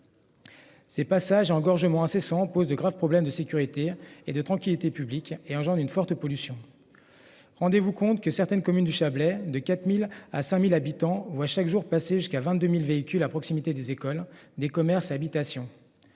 Ces passages engorgement incessants pose de graves problèmes de sécurité et de tranquillité publique et engendre une forte pollution. Rendez-vous compte que certaines communes du Chablais, de 4000 à 5000 habitants voit chaque jour passé jusqu'à 22.000 véhicules à proximité des écoles, des commerces et habitations.